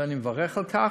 ואני מברך על כך,